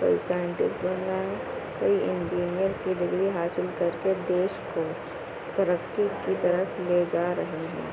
کوئی سائنٹس بن رہا ہے کوئی انجینئر کی ڈگری حاصل کر کے دیش کو ترقی کی طرف لے جا رہے ہیں